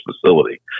facility